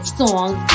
songs